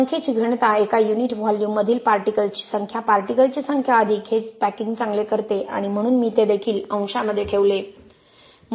संख्येची घनता एका युनिट व्हॉल्यूममधील पार्टिकल्स ची संख्या पार्टिकल्स ची अधिक संख्या हे पॅकिंग चांगले करते आणि म्हणून मी ते देखील अंशामध्ये ठेवले